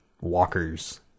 walkers